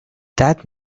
that